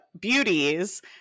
beauties